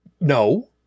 no